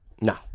No